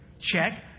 Check